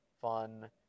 fun